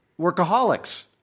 Workaholics